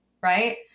right